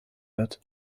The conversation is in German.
wird